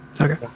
Okay